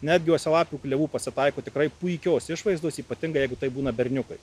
netgi uosialapių klevų pasitaiko tikrai puikios išvaizdos ypatingai jeigu taip būna berniukai